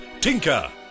Tinker